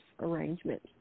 arrangement